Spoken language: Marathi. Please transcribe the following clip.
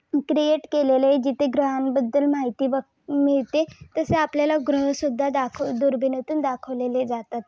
क्रिएट केलेलं आहे जिथे ग्रहांबद्दल माहिती बघ मिळते तसे आपल्याला ग्रहसुद्धा दाखव दुर्बिणीतून दाखवलेले जातात